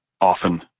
often